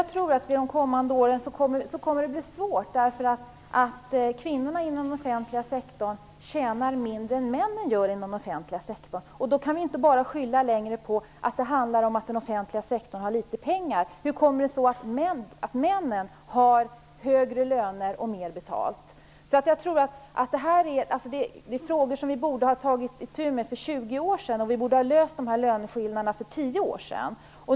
Herr talman! Det blir nog svårt under de kommande åren, därför att kvinnorna i den offentliga sektorn tjänar mindre än vad männen i den offentliga sektorn gör. Då kan vi inte längre skylla på att det handlar om att den offentliga sektorn har dåligt med pengar. Hur kommer det sig att männen har högre löner och mer betalt? Dessa frågor borde vi ha tagit itu med för 20 år sedan, och vi borde ha kommit till rätta med dessa löneskillnader för tio år sedan.